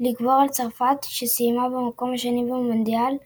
לגבור על צרפת, שסיימה במקום השני במונדיאל 2006,